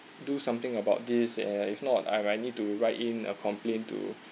do something about this and if not I I might need to write in a complaint to